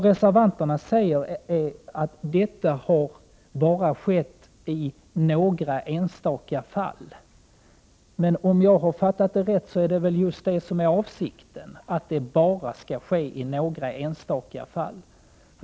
Reservanterna säger att detta endast har skett i några enstaka fall. Men om jag har förstått det hela rätt är det just detta som är avsikten. Personnummerbyte skall bara ske i några enstaka fall.